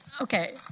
okay